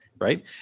right